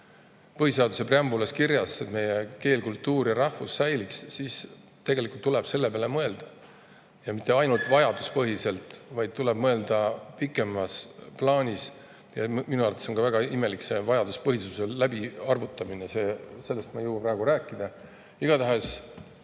põhiseaduse preambulis kirjas, et meie keel, kultuur ja rahvus säiliks, siis tuleb selle peale mõelda, ja mitte ainult vajaduspõhiselt, vaid tuleb mõelda pikemas plaanis. Minu arvates on ka väga imelik vajaduspõhisuse läbi arvutamine, sellest ma aga ei jõua praegu rääkida. Igatahes